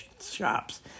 shops